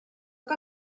que